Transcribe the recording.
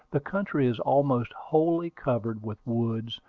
the country is almost wholly covered with woods,